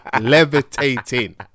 Levitating